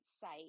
site